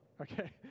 okay